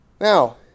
Now